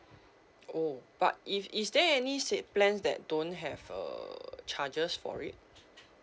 oh but if is there any said plans that don't have uh charges for it